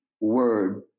word